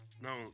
no